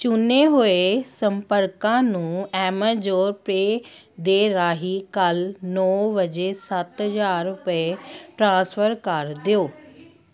ਚੁਣੇ ਹੋਏ ਸੰਪਰਕਾਂ ਨੂੰ ਐਮਾਜ਼ਾਨ ਪੇ ਦੇ ਰਾਹੀਂ ਕੱਲ ਨੌ ਵਜੇ ਸੱਤ ਹਜ਼ਾਰ ਰੁਪਏ ਟ੍ਰਾਂਸਫਰ ਕਰ ਦਿਓ